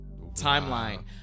timeline